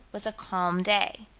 was a calm day.